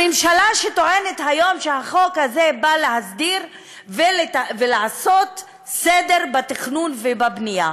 הממשלה טוענת היום שהחוק הזה בא להסדיר ולעשות סדר בתכנון ובבנייה,